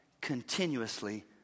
continuously